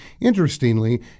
Interestingly